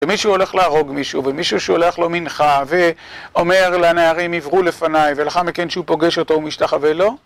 ומישהו הולך להרוג מישהו, ומישהו שולח לו מנחה, ואומר לנערים, עברו לפניי, ולאחר מכן שהוא פוגש אותו הוא משתחווה לו